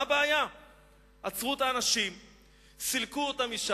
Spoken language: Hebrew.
לא היה ערבי שערער.